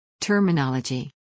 Terminology